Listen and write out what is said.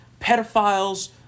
pedophiles